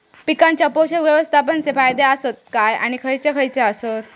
पीकांच्या पोषक व्यवस्थापन चे फायदे आसत काय आणि खैयचे खैयचे आसत?